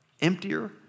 emptier